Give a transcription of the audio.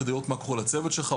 כדי לראות מה קורה לצוות שלך,